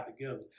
Together